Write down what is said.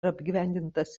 apgyvendintas